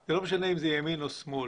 זה לא משנה אם זה ימין או שמאל.